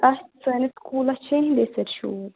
اَسہِ سٲنِس سکوٗلَس چھِ یِہِنٛدِۍ سۭتۍ شوٗب